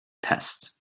test